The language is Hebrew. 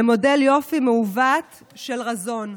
למודל יופי מעוות של רזון.